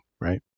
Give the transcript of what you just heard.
right